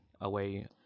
away